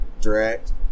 Direct